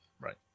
right